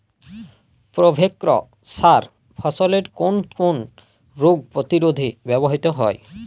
Provex সার ফসলের কোন কোন রোগ প্রতিরোধে ব্যবহৃত হয়?